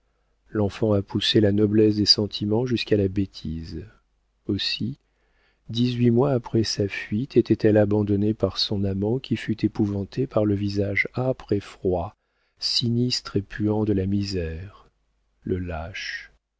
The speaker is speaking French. l'enfant a poussé la noblesse des sentiments jusqu'à la bêtise aussi dix-huit mois après sa fuite était-elle abandonnée par son amant qui fut épouvanté par le visage âpre et froid sinistre et puant de la misère le lâche